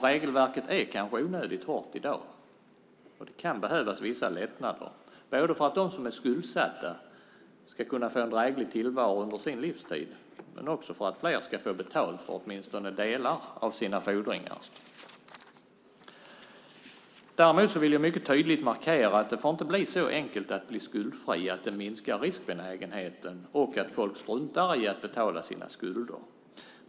Regelverket är kanske onödigt hårt i dag, och det kan behövas vissa lättnader, både för att de som är skuldsatta ska kunna få en dräglig tillvaro under sin livstid och för att fler ska få betalt för åtminstone delar av sina fordringar. Däremot vill jag mycket tydligt markera att det inte får bli så enkelt att bli skuldfri att det minskar riskbenägenheten och att folk struntar i att betala sina skulder.